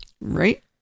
Right